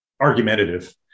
argumentative